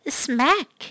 smack